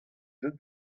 deuet